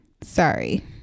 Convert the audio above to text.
Sorry